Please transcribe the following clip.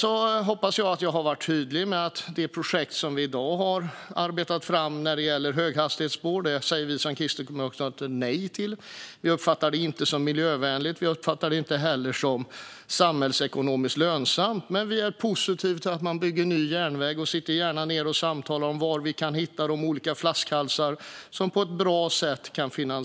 Sedan hoppas jag att jag har varit tydlig med att vi säger nej till det projekt som vi i dag har arbetat fram när det gäller höghastighetsspår. Vi uppfattar det inte som miljövänligt. Vi uppfattar det inte heller som samhällsekonomiskt lönsamt. Men vi är positiva till att man bygger ny järnväg och sitter gärna ned och samtalar om åtgärder mot olika flaskhalsar som kan finansieras på ett bra sätt.